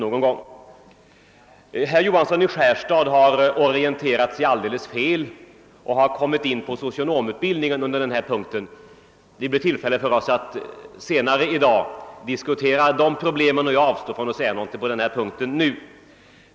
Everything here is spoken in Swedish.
Herr Johansson i Skärstad har orienterat sig alldeles fel och kommit in på socionomutbildningen under denna punkt. Det blir tillfälle för oss att senare i dag diskutera de problemen, och jag avstår därför från att säga någonting därom nu.